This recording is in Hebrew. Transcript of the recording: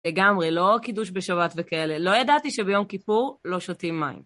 לגמרי, לא קידוש בשבת וכאלה, לא ידעתי שביום כיפור לא שותים מים.